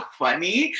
funny